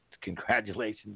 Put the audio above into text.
Congratulations